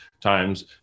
times